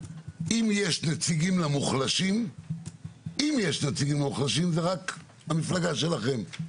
אם יש נציגים למוחלשים זה רק המפלגה שלכם.